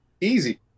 Easy